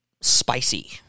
spicy